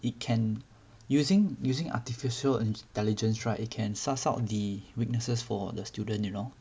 it can using using artificial intelligence right it can suss out the weaknesses for the students you know